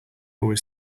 always